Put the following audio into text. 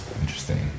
Interesting